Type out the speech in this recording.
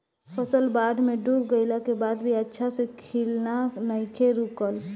फसल बाढ़ में डूब गइला के बाद भी अच्छा से खिलना नइखे रुकल